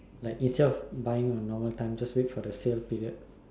like instead of buying on normal time just wait for the sale period